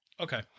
Okay